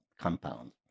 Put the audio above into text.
compound